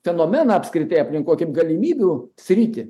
fenomeną apskritai aplinkoj kaip galimybių sritį